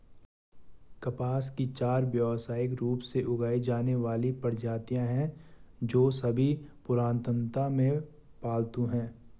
कपास की चार व्यावसायिक रूप से उगाई जाने वाली प्रजातियां हैं, जो सभी पुरातनता में पालतू हैं